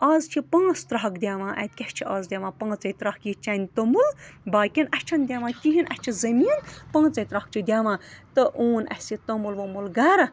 آز چھِ پانٛژھ ترٛکھ دِوان اَتہِ کیٛاہ چھِ آز دِوان پانٛژَے ترٛکھ یہِ چَنہِ توٚمُل باقیَن اَسہِ چھِنہٕ دِوان کِہیٖنۍ اَسہِ چھِ زٔمیٖن پانٛژَے ترٛکھ چھِ دِوان تہٕ اون اَسہِ یہِ توٚمُل ووٚمُل گَرٕ